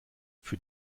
für